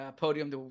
podium